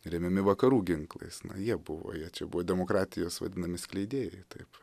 remiami vakarų ginklais jie buvo jie čia buvo demokratijos vadinami skleidėjai taip